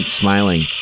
smiling